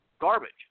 garbage